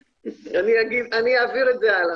אני אעביר את זה הלאה.